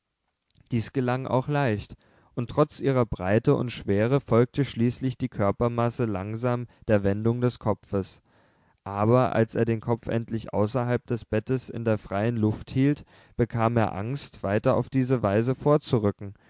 dies gelang auch leicht und trotz ihrer breite und schwere folgte schließlich die körpermasse langsam der wendung des kopfes aber als er den kopf endlich außerhalb des bettes in der freien luft hielt bekam er angst weiter auf diese weise vorzurücken